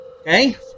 Okay